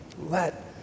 Let